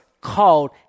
called